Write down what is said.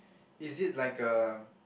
is it like a